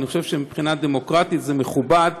אני חושב שמבחינה דמוקרטית זה מכובד,